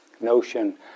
notion